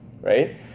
right